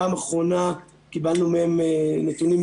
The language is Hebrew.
פעם האחרונה קיבלנו מהם נתונים,